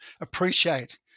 appreciate